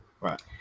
Right